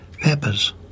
peppers